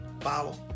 follow